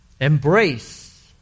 Embrace